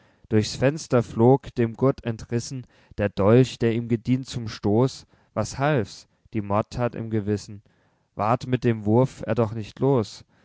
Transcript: durchs fenster flog dem gurt entrissen der dolch der ihm gedient zum stoß was half's die mordthat im gewissen ward mit dem wurf er doch nicht los